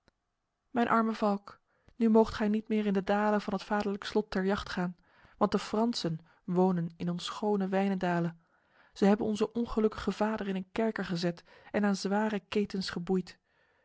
mijn arme valk nu moogt gij niet meer in de dalen van het vaderlijke slot ter jacht gaan want de fransen wonen in ons schone wijnendale zij hebben onze ongelukkige vader in een kerker gezet en aan zware ketens geboeid